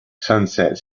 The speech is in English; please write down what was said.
sunset